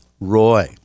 Roy